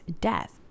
death